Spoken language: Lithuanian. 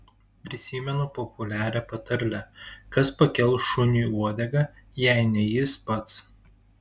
prisimenu populiarią patarlę kas pakels šuniui uodegą jei ne jis pats